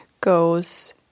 goes